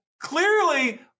clearly